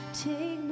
Take